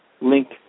link